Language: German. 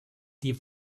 die